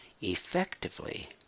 effectively